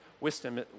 wisdom